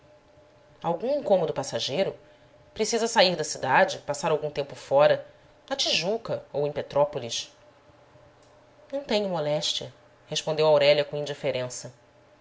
algum incômodo passageiro precisa sair da cidade passar algum tempo fora na tijuca ou em petrópolis não tenho moléstia respondeu aurélia com indife rença